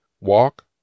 walk